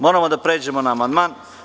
Moramo da pređemo na amandman.